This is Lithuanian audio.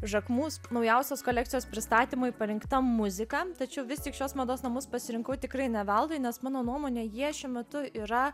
jacquemus naujausios kolekcijos pristatymui parinkta muzika tačiau vis tik šios mados namus pasirinkau tikrai ne veltui nes mano nuomone jie šiuo metu yra